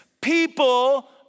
People